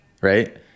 right